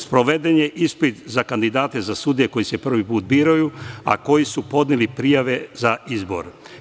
Sproveden je ispit za kandidate za sudije koji se prvi put biraju, a koji su podneli prijave za izbor.